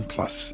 Plus